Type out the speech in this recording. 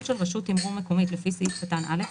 של רשות תימרור מקומית לפי סעיף קטן (א),